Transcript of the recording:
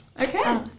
Okay